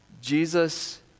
Jesus